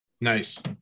Nice